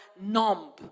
numb